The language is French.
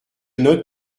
note